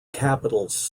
capitals